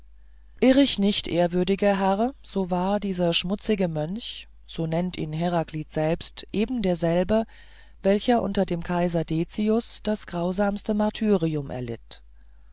irr ich nicht ehrwürdiger herr so war dieser schmutzige mönch so nennt ihn heraklid selbst ebenderselbe welcher unter dem kaiser dezius das grausamste märtyrertum erlitt